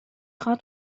خواد